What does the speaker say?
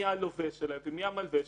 אלא שזה יהיה במיידי.